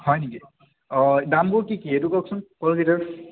হয় নেকি অ' দামবোৰ কি কি সেইটো কওকচোন কলকেইটাৰ